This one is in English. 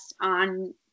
on